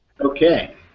Okay